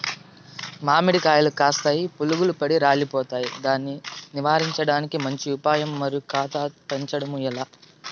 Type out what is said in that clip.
మామిడి కాయలు కాస్తాయి పులుగులు పడి రాలిపోతాయి దాన్ని నివారించడానికి మంచి ఉపాయం మరియు కాత పెంచడము ఏలా?